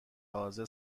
حاضر